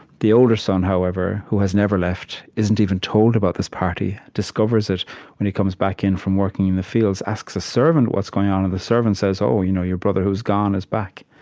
the older son, however, who has never left, isn't even told about this party, discovers it when he comes back in from working in the fields, asks a servant what's going on, and the servant says, oh, you know your brother who's gone is back.